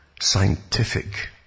scientific